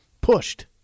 pushed